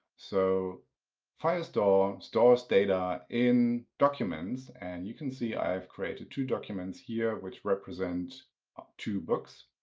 so firestore stores data in documents. and you can see, i've created two documents here, which represent two books.